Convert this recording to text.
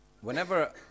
whenever